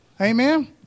Amen